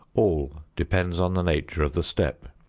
all depends on the nature of the step.